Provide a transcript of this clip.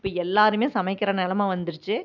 இப்போ எல்லோருமே சமைக்கிற நிலமை வந்திருச்சு